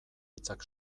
hitzak